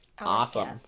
Awesome